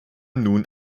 nun